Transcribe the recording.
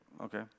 okay